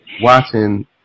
watching